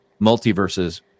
multiverses